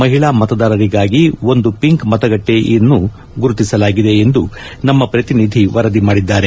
ಮಹಿಳಾ ಮತದಾರರಿಗಾಗಿ ಒಂದು ಪಿಂಕ್ ಮತಗಟ್ಟೆಯೆಂದು ಗುರುತಿಸಲಾಗಿದೆ ಎಂದು ನಮ್ಮ ಪ್ರತಿನಿಧಿ ವರದಿ ಮಾಡಿದ್ದಾರೆ